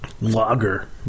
lager